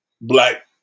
black